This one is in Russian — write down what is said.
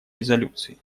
резолюции